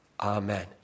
Amen